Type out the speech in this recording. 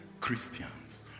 Christians